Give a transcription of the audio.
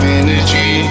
energy